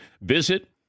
Visit